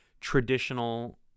traditional